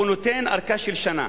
נותן ארכה של שנה.